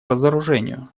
разоружению